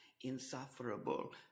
insufferable